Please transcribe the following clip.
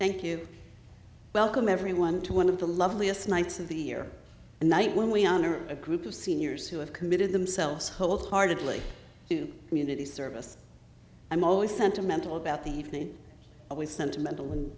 thank you welcome everyone to one of the loveliest nights of the year a night when we honor a group of seniors who have committed themselves wholeheartedly to community service i'm always sentimental about the evening always sentimental in